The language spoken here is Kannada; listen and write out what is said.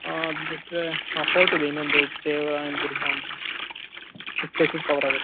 ಅದು ಬಿಟ್ಟರೆ ಫೋರ್ಟ್ ಇದೆ ಇನ್ನೊಂದು ದೇವರಾಯನದುರ್ಗ ಅಂತ ಇಷ್ಟು ಪ್ಲೇಸಸ್ ಕವರ್ ಆಗತ್ತೆ